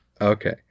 okay